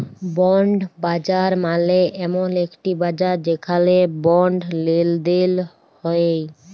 bond বাজার মালে এমল একটি বাজার যেখালে বন্ড লেলদেল হ্য়েয়